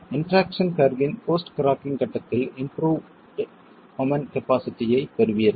interaction curve இன் post cracking கட்டத்தில் improved moment கபாசிட்டியைப் பெறுவீர்கள்